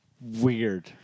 weird